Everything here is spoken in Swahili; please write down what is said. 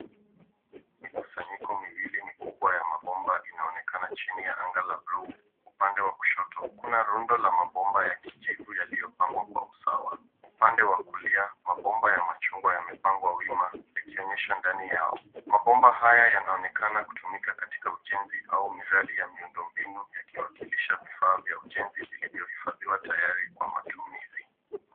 Mikusanyiko miwili mikubwa ya mabomba inaonekana chini ya anga la blue .Upande wa kushoto kuna rundo la mabomba ya kijivu yaliyopangwa kwa usawa. Upande wa kulia mabomba ya machungwa yamepangwa wima yakionyesha ndani yao. Maomba haya yanaonekana kutumika katika ujenzi au miradi ya miundomibu yakiwakilisha vifaa vya ujenzi vilivyohifadhiwa tayari kwa matumizi.